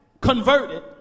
converted